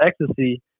ecstasy